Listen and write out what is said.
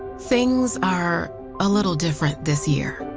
things are a little different this year.